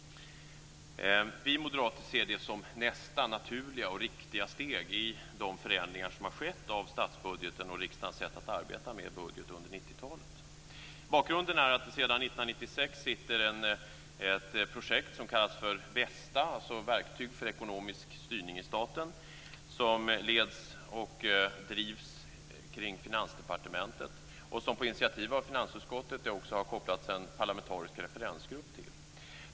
Vi moderater ser detta som nästa naturliga steg i de förändringar som har skett i statsbudgeten och riksdagens sätt att arbeta med budget under 90-talet. Bakgrunden är att det sedan 1996 pågår ett projekt som kallas för VESTA, Verktyg för ekonomisk styrning i staten, som leds och drivs av Finansdepartementet och till vilket det på initiativ av finansutskottet också har knutits en parlamentarisk referensgrupp.